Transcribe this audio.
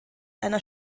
einer